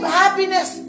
happiness